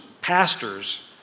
pastors